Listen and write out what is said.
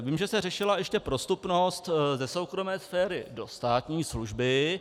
Vím, že se řešila ještě prostupnost ze soukromé sféry do státní služby.